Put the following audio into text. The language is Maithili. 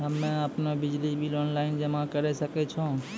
हम्मे आपनौ बिजली बिल ऑनलाइन जमा करै सकै छौ?